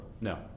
no